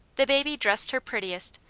the baby dressed her prettiest,